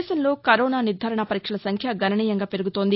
దేశంలో కరోనా నిర్దారణ పరీక్షల సంఖ్య గణనీయంగా పెరుగుతోంది